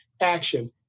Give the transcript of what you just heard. action